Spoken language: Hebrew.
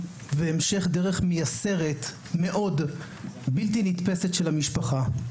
והמשך דרך מאוד מייסרת ובלתי נתפסת של המשפחה.